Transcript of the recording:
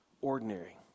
ordinary